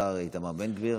השר איתמר בן גביר.